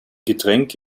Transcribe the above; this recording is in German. getränk